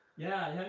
yeah,